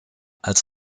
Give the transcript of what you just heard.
als